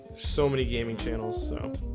so many gaming channels so